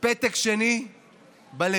פתק שני בלב.